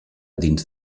dins